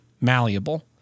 malleable